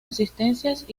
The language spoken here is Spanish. asistencias